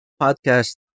podcast